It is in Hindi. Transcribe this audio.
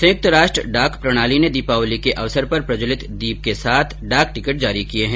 संयुक्त राष्ट्र डाक प्रणाली ने दीपावली के अवसर पर प्रज्ज्वलित दीप के साथ डाक टिकट जारी किए हैं